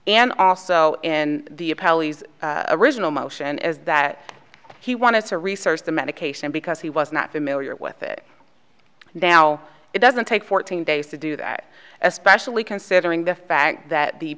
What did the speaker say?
and also in the apologies original motion is that he wanted to research the medication because he was not familiar with it now it doesn't take fourteen days to do that especially considering the fact that the